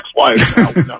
ex-wife